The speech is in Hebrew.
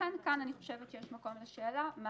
ולכן כאן אני חושבת שיש מקום לשאלה מה